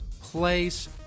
place